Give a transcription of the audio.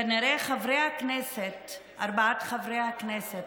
כנראה ארבעת חברי הכנסת,